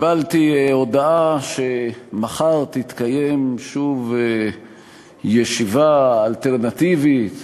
קיבלתי הודעה שמחר תתקיים שוב ישיבה אלטרנטיבית